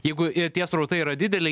jeigu ir tie srautai yra dideli